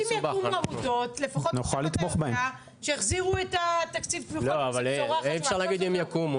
אם יקומו עמותות --- אי אפשר להגיד "אם יקומו".